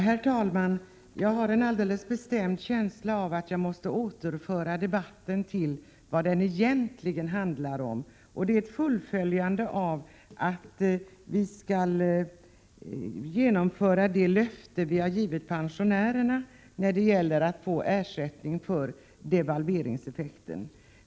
Herr talman! Jag har en alldeles bestämd känsla av att jag måste återföra debatten till vad den egentligen handlar om. Det gäller att infria det löfte vi har givit pensionärerna att de skall få ersättning för devalveringseffekten.